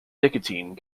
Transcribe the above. nicotine